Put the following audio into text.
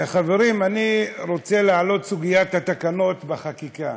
חברים, אני רוצה להעלות את סוגיית התקנות בחקיקה.